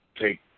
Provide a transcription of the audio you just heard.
take